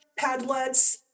Padlets